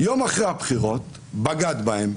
יום אחרי הבחירות בגד בהם,